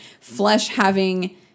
flesh-having